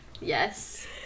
Yes